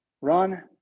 Run